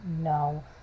no